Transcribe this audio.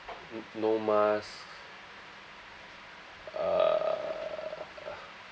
n~ no mask uh